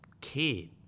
kid